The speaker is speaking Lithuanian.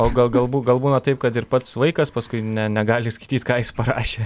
o gal gal bū gal būna taip kad ir pats vaikas paskui ne negali įskaityt ką jis parašė